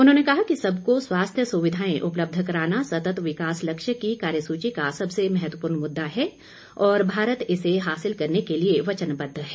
उन्होंने कहा कि सबको स्वास्थ्य सुविधाएं उपलब्ध कराना सतत विकास लक्ष्य की कार्यसूची का सबसे महत्वपूर्ण मुद्दा है और भारत इसे हासिल करने के लिए वचनबद्ध है